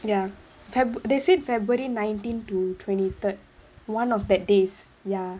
ya feb~ they said february nineteen to twenty third one of the days ya